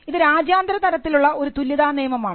ഇത് രാജ്യാന്തര തലത്തിലുള്ള ഒരു തുല്യതാ നിയമമാണ്